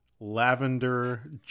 Lavender